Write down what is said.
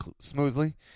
smoothly